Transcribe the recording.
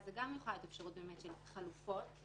ומהצד השני הבנו שנתנו פה